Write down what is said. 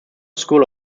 school